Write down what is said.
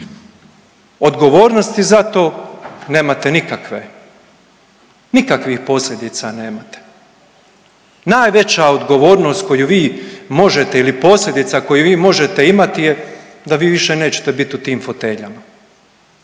Odgovornosti za to nemate nikakve, nikakvih posljedica nemate. Najveća odgovornost koju vi možete ili posljedica koju vi možete imati je da vi više nećete biti u tim foteljama.